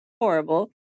horrible